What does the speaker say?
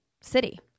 city